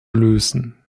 lösen